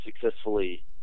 successfully